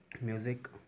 music